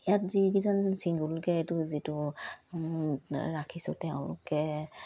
ইয়াত যিকিজন ছিংগুলকে এইটো যিটো ৰাখিছোঁ তেওঁলোকে